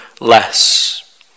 less